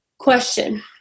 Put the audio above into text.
Question